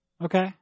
Okay